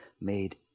made